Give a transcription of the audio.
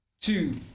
two